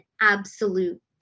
absolute